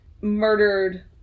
murdered